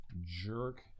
jerk